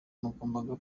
wagombaga